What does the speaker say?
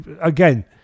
Again